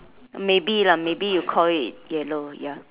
maybe lah maybe you call it yellow ya